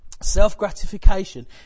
self-gratification